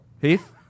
Heath